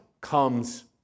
comes